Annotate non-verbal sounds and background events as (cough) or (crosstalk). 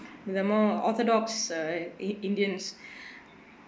the more orthodox uh in~ indians (breath)